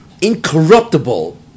incorruptible